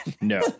no